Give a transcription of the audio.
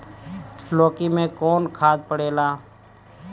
लौकी में कौन खाद पड़ेला?